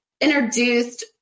introduced